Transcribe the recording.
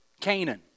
Canaan